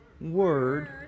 word